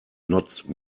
not